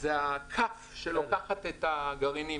זה הכף שלוקחת את הגרעינים.